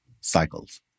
cycles